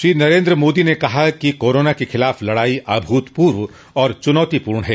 श्री नरेन्द्र मोदी ने कहा कि कोरोना के खिलाफ लड़ाई अभूतपूर्व और चुनौतीपूर्ण है